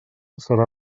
serà